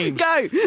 Go